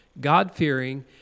God-fearing